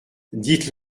dites